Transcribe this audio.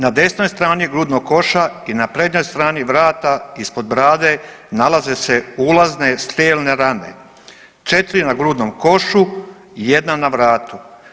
Na desnoj strani grudnog koša i na prednjoj strani vrata ispod brade nalaze se ulazne strijelne rane 4 na grudnom košu, jedna na vratu.